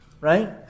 Right